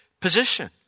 position